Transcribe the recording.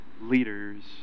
leaders